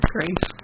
Great